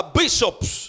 bishops